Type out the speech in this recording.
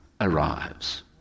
arrives